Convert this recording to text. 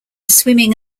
swimming